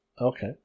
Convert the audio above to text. Okay